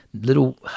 little